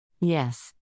Yes